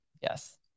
Yes